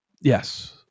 Yes